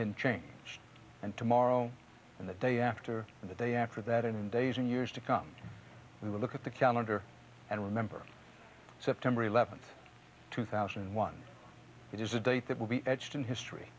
in change and tomorrow and the day after that they after that in days and years to come and look at the calendar and remember september eleventh two thousand and one it is a date that will be etched in history